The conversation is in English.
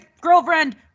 girlfriend